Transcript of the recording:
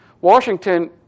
Washington